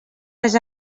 les